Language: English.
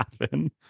happen